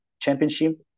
championship